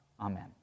Amen